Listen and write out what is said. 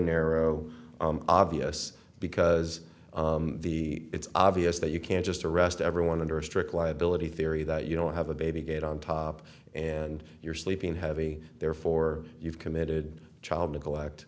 narrow obvious because the it's obvious that you can't just arrest everyone under a strict liability theory that you don't have a baby gate on top and you're sleeping heavy therefore you've committed child neglect